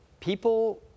People